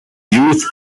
youth